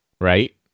Right